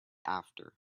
after